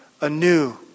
anew